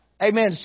Amen